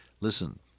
Listen